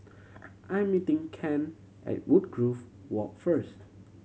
I'm meeting Kent at Woodgrove Walk first